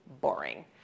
boring